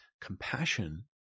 compassion